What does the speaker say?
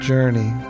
journey